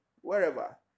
wherever